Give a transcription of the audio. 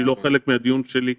שהיא לא חלק מהדיון שלי כרגע,